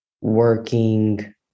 working